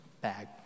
bag